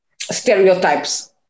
stereotypes